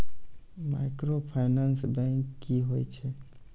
Microfinance bank की होय छै?